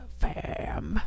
fam